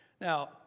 Now